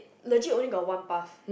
legit only got one path